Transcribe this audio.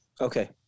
okay